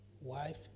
Wife